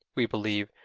we believe,